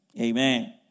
Amen